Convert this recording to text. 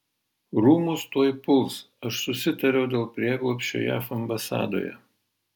rūmus tuoj puls aš susitariau dėl prieglobsčio jav ambasadoje